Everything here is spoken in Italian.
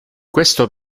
questo